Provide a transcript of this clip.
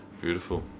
Beautiful